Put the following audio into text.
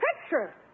picture